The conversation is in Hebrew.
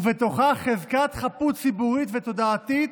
ובתוכה חזקת חפות ציבורית ותודעתית,